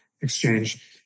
exchange